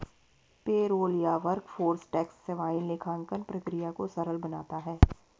payroll या workforce tax सेवाएं लेखांकन प्रक्रिया को सरल बनाता है